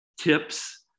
tips